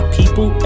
people